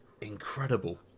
incredible